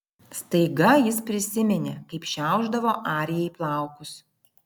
staiga jis prisiminė kaip šiaušdavo arijai plaukus